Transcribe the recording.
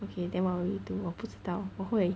okay then 你读我不知道我 scared